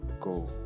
go